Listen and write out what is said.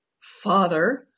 father